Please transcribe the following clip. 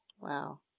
wow